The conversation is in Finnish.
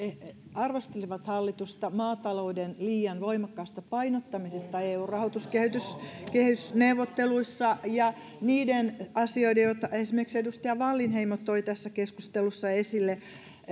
arvostelivat hallitusta maatalouden liian voimakkaasta painottamisesta eun rahoituskehysneuvotteluissa ja niiden asioiden joita esimerkiksi edustaja wallinheimo toi tässä keskustelussa esille